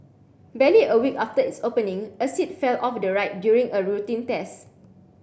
barely a week after its opening a seat fell off the ride during a routine test